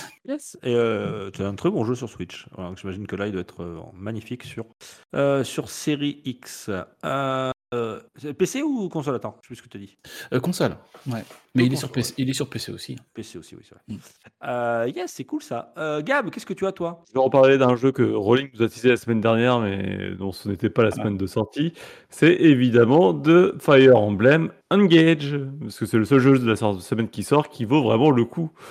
Yes. Et, euh, t'as un très bon jeu sur Switch. Voilà, j'imagine que là, il doit être, euh, magnifique sur- euh, sur Série X. Euh, euh, c'est PC ou console, attends, je sais plus ce que t'as dit. Euh, console. Ouais. Mais Oh, il est sur console, PC- ouais. il est sur PC aussi. PC aussi, oui, c'est vrai. Mm. Euh, yes, c'est cool, ça. Euh, Gab, qu'est-ce que tu as, toi ? Je vais reparler d'un jeu que Rolling nous a teasé la semaine dernière, mais dont ce n'était pas la Ah. semaine de sortie. C'est évidemment de Fire Emblem Engage, parce que c'est le seul jeu de la sor- semaine qui sort qui vaut vraiment le coup.